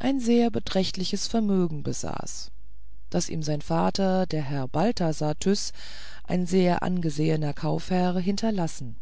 ein sehr beträchtliches vermögen besaß das ihm sein vater herr balthasar tyß ein sehr angesehener kaufherr hinterlassen